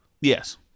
Yes